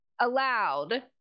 allowed